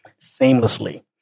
seamlessly